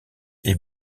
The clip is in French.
est